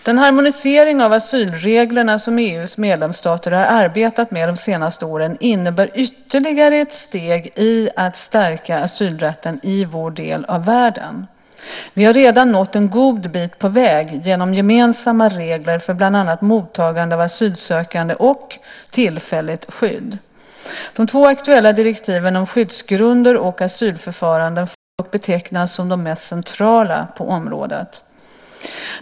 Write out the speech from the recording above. Den harmonisering av asylreglerna som EU:s medlemsstater har arbetat med de senaste åren innebär ytterligare ett steg i att stärka asylrätten i vår del av världen. Vi har redan nått en god bit på väg genom gemensamma regler för bland annat mottagande av asylsökande och tillfälligt skydd. De två aktuella direktiven om skyddsgrunder och asylförfaranden får dock betecknas som de mest centrala på området.